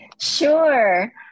Sure